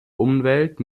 umwelt